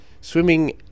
swimming